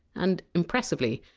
and impressively,